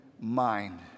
mind